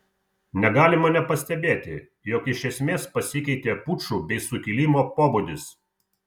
negalima nepastebėti jog iš esmės pasikeitė pučų bei sukilimo pobūdis